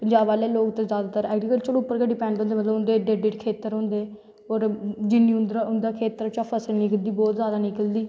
पंजाब आह्ले लोग तां जादातर ऐग्रीतल्चर पर गै डिपैंड होंदे उंदे एड्डे एड्डे खेत्तर होंदे मतलव जिन्नी उंदै खेत्तर चा फसल निकलदी बौह्त जादा निकलदी